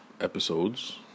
episodes